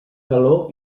galó